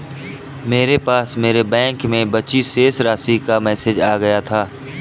मेरे पास मेरे बैंक में बची शेष राशि का मेसेज आ गया था